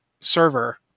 server